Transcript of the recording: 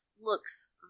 looks